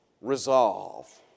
resolve